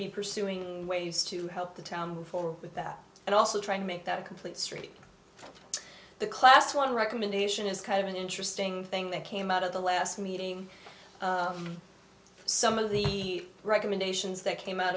be pursuing ways to help the town move forward with that and also trying to make that a complete street the class one recommendation is kind of an interesting thing that came out of the last meeting some of the recommendations that came out